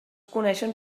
coneixen